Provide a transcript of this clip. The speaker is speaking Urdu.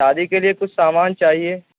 شادی کے لیے کچھ سامان چاہیے